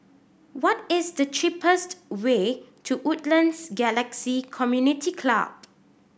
what is the cheapest way to Woodlands Galaxy Community Club